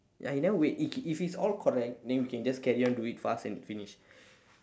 ya he never wait if if he's all correct then we can just carry on do it fast and finish